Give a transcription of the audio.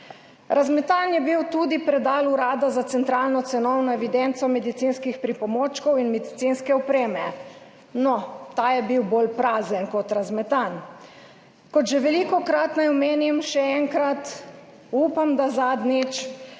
Razmetan je bil tudi predal Urada za centralno cenovno evidenco medicinskih pripomočkov in medicinske opreme. No, ta je bil bolj prazen kot razmetan. Kot že velikokrat, naj omenim še enkrat – upam, da zadnjič,